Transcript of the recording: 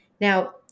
Now